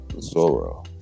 Zoro